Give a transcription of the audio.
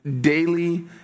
daily